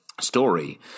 story